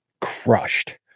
crushed